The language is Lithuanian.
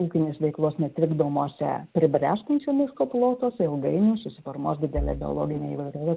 ūkinės veiklos netrikdomose pribręstančio miško plotuose ilgainiui susiformuos didele biologine įvairove